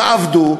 תעבדו,